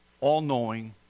all-knowing